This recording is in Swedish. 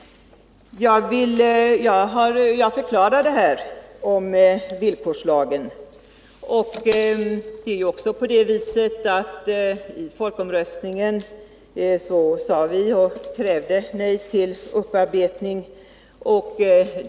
Jag har förklarat detta med villkorslagen, och i samband med folkomröstningen krävde vi nej till upparbetning.